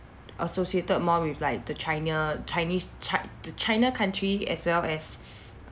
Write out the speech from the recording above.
associated more with like the china chinese chi~ china country as well as